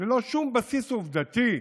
ללא שום בסיס עובדתי,